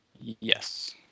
Yes